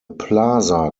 plaza